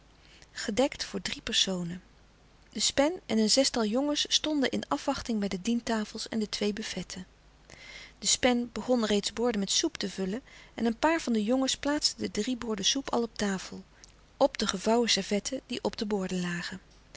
gedekt voor drie personen e spen en een zestal jongens stonden in afwachting bij de dientafels en de twee buffetten de spen begon reeds borden met soep te vullen en een paar van de jongens plaatsten de drie borden soep al op tafel op de gevouwen servetten die op de borden lagen